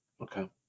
okay